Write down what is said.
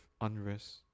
unrest